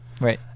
Right